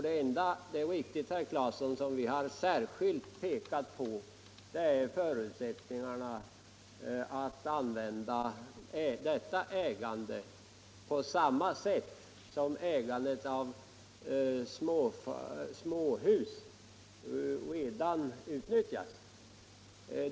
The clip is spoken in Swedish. Det är riktigt, herr Claeson, att det enda som vi har särskilt pekat på är förutsättningarna att använda detta ägande på samma sätt som ägandet av småhus redan utnyttjas.